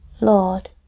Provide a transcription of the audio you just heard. Lord